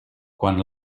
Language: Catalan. quan